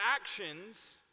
actions